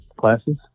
classes